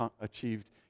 achieved